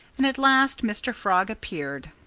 and at last mr. frog appeared.